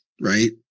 right